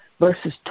Verses